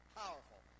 powerful